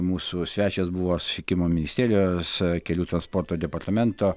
mūsų svečias buvo susisiekimo ministerijos kelių transporto departamento